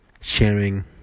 sharing